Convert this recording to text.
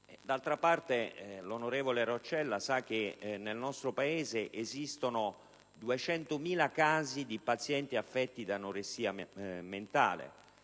D'altra parte, l'onorevole Roccella sa che nel nostro Paese esistono 200.000 casi di pazienti affetti da anoressia mentale,